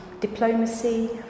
diplomacy